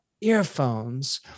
earphones